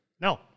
No